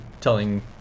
telling